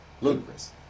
ludicrous